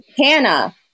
Hannah